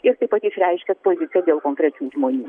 ir taip pat išreiškė poziciją dėl konkrečių žmonių